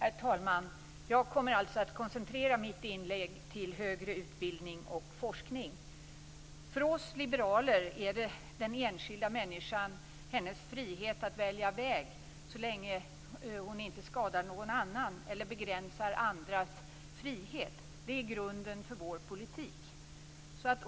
Herr talman! Jag kommer att koncentrera mitt inlägg på högre utbildning och forskning. För oss liberaler är det den enskilda människan och hennes frihet att välja väg så länge hon inte skadar någon annan eller begränsar andras frihet som är grunden för vår politik.